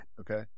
Okay